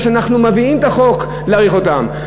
ושאנחנו מביאים את החוק להאריך את כהונתם.